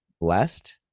blessed